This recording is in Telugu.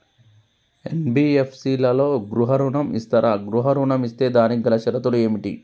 ఎన్.బి.ఎఫ్.సి లలో గృహ ఋణం ఇస్తరా? గృహ ఋణం ఇస్తే దానికి గల షరతులు ఏమిటి?